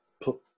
put